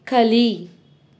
ಕಲಿ